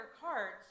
cards